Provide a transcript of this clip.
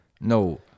no